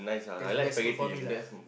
that's the best food for me lah